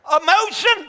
Emotion